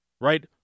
right